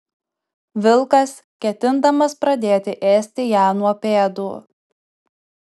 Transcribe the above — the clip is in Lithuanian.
vilkas ketindamas pradėti ėsti ją nuo pėdų